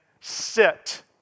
sit